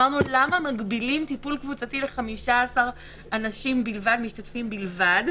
שאלנו למה מגבילים טיפול קבוצתי ל-15 משתתפים בלבד?